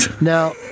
Now